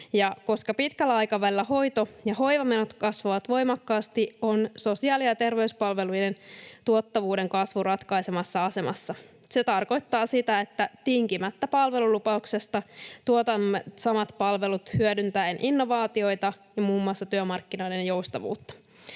Koska pitkällä aikavälillä hoito- ja hoivamenot kasvavat voimakkaasti, on sosiaali- ja terveyspalvelujen tuottavuuden kasvu ratkaisevassa asemassa. Se tarkoittaa sitä, että tinkimättä palvelulupauksesta tuotamme samat palvelut hyödyntäen innovaatioita ja muun muassa työmarkkinoiden joustavuutta.